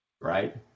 right